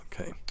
Okay